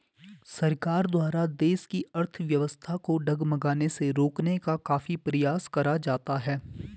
सरकार द्वारा देश की अर्थव्यवस्था को डगमगाने से रोकने का काफी प्रयास करा जाता है